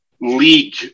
league